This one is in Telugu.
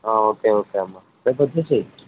ఆ ఓకే ఓకే అమ్మ రేపు వచ్చేయి